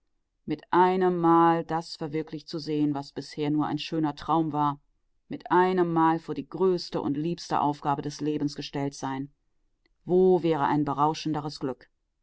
mit einemmal das verwirklicht zu sehen was bisher nur ein schöner traum war mit einemmal vor die größte und liebste aufgabe des lebens gestellt sein wo wäre ein berauschenderes glück